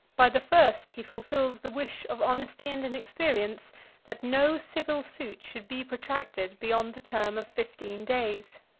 by the first he fulfils the wish of honesty and inexperience, that no civil suit should be protracted beyond the term of fifteen days.